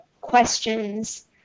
questions